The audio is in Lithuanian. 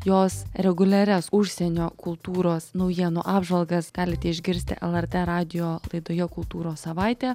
jos reguliarias užsienio kultūros naujienų apžvalgas galite išgirsti lrt radijo laidoje kultūros savaitė